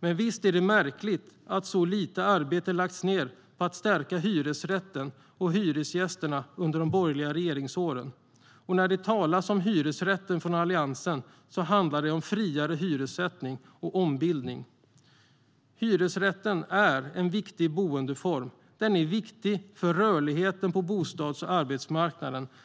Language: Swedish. Det är märkligt att så lite arbete lagts ned på att stärka hyresrätten och hyresgästerna under de borgerliga regeringsåren, och när Alliansen talar om hyresrätten handlar det om friare hyressättning och ombildning. Hyresrätten är en viktig boendeform. Den är viktig för rörligheten på bostadsmarknaden och arbetsmarknaden.